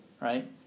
right